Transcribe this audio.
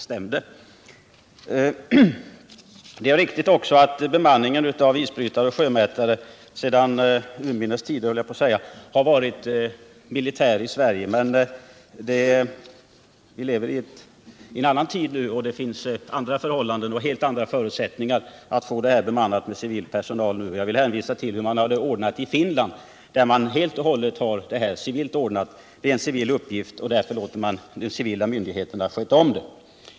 Det är också riktigt att bemanningen på isbrytare och sjömätare sedan urminnes tider varit militär i Sverige. Men vi lever i en annan tid nu, och det är andra förhållanden och helt andra förutsättningar för att få fartygen bemannade med civil personal. Jag vill hänvisa till hur man har det ordnat i Finland, där bemanningen helt och hållet är civil. Detta är en civil uppgift, och därför låter man civil personal sköta detta.